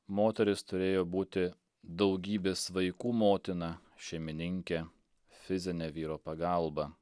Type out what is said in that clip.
moteris turėjo būti daugybės vaikų motina šeimininkė fizinė vyro pagalba